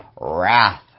wrath